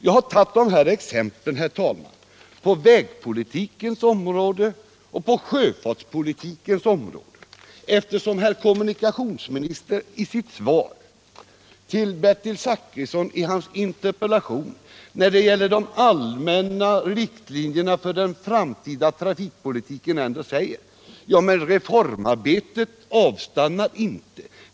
Jag har, herr talman, tagit dessa exempel på vägpolitikens område och på sjöfartspolitikens område, eftersom herr kommunikationsministern i sitt svar till Bertil Zachrisson på hans interpellation när det gäller de allmänna riktlinjerna för den framtida trafikpolitiken säger: Reformarbetet stannarinte.